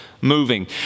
moving